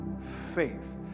faith